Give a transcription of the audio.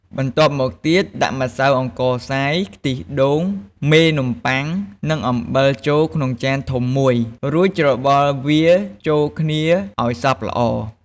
បន្ទាប់មកទៀត ដាក់ម្សៅអង្ករខ្សាយ ខ្ទិះដូង មេនំប៉័ង និងអំបិលចូលក្នុងចានធំមួយ រួចច្របល់វាចូលគ្នាឱ្យសព្វល្អ។